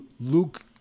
Luke